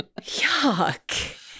yuck